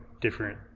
different